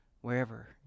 wherever